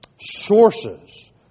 sources